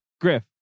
Griff